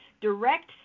direct